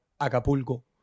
Acapulco